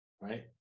right